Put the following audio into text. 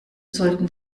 sollten